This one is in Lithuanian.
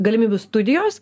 galimybių studijos